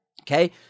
Okay